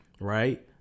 right